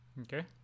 Okay